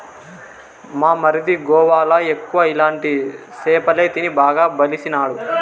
మా మరిది గోవాల ఎక్కువ ఇలాంటి సేపలే తిని బాగా బలిసినాడు